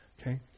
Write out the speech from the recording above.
Okay